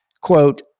quote